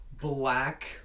black